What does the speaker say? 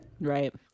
Right